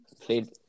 played